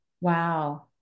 Wow